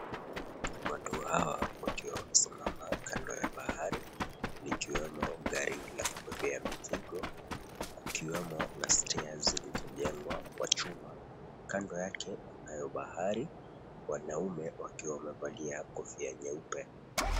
Watu hawa wakiwa wamesimama kando ya bahari, likiwemo gari la kubebea mizigo, kukiwemo na stairs zilizojengwa kwa chuma. Kando yake kunayo bahari, wanaume wakiwa wamevalia kofia nyeupe.